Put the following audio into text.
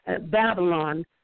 Babylon